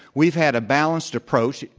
we've had a balanced approach,